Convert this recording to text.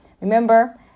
Remember